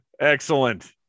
Excellent